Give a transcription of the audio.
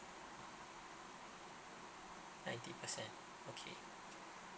ninety percent okay